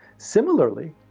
similarly,